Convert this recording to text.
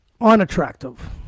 unattractive